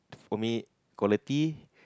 for me quality